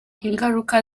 ingaruka